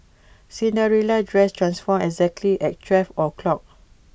Cinderella's dress transformed exactly at twelve o'clock